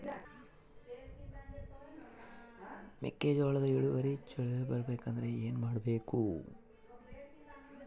ಮೆಕ್ಕೆಜೋಳದ ಬೆಳೆ ಚೊಲೊ ಇಳುವರಿ ಬರಬೇಕಂದ್ರೆ ಏನು ಮಾಡಬೇಕು?